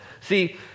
See